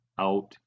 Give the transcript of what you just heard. out